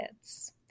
kids